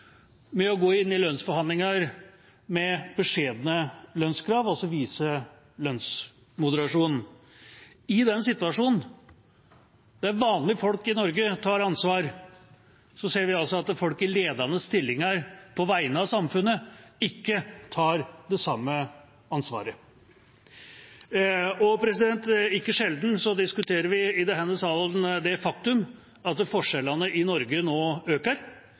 å gå inn i lønnsforhandlinger med beskjedne lønnskrav, altså ved å vise lønnsmoderasjon. I en situasjon der vanlige folk i Norge tar ansvar, ser vi altså at folk i ledende stillinger på vegne av samfunnet ikke tar det samme ansvaret. Ikke sjelden diskuterer vi i denne salen det faktum at forskjellene i Norge nå øker.